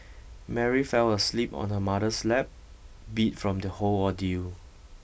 Mary fell asleep on her mother's lap beat from the whole ordeal